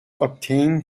obtained